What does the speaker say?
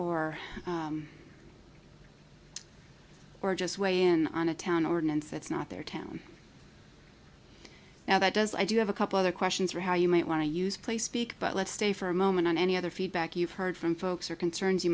or or just weigh in on a town ordinance that's not their town now that does i do have a couple other questions for how you might want to use play speak but let's stay for a moment on any other feedback you've heard from folks or concerns you